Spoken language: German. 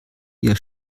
ihr